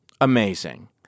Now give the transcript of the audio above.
amazing